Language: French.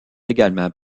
également